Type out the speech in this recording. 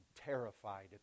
terrified